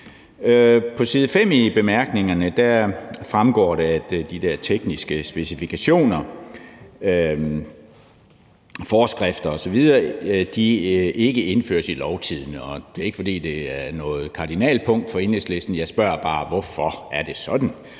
På side 5 i bemærkningerne til lovforslaget fremgår det, at de der tekniske specifikationer, forskrifter osv. ikke indføres i Lovtidende. Og det er ikke, fordi det er noget kardinalpunkt for Enhedslisten – jeg spørger bare: Hvorfor er det sådan?